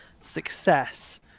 success